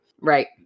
Right